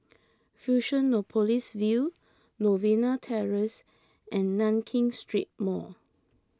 Fusionopolis View Novena Terrace and Nankin Street Mall